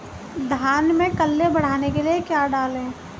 धान में कल्ले बढ़ाने के लिए क्या डालें?